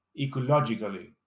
ecologically